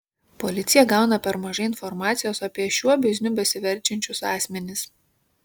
policija gauna per mažai informacijos apie šiuo bizniu besiverčiančius asmenis